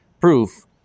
proof